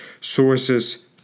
sources